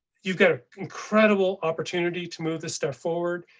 you've got ah incredible opportunity to move this step forward.